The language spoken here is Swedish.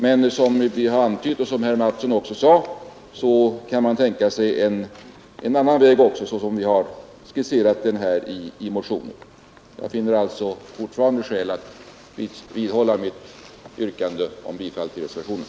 Men som vi har antytt och som även herr Mattsson sade kan man tänka sig också en annan väg, den som vi har skisserat i motionen. Jag vidhåller mitt yrkande om bifall till reservationen.